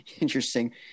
interesting